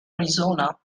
arizona